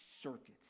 circuits